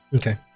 Okay